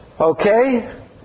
Okay